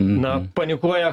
na panikuoja